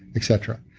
etc.